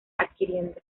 adquiriendo